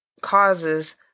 Causes